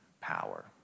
power